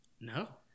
No